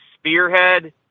spearhead